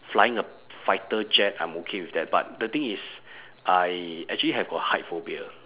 flying a fighter jet I'm okay with that but the thing is I actually have a height phobia